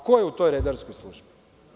Ko je u toj redarskoj službi?